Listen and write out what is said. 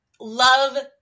love